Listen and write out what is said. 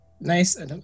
Nice